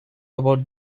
about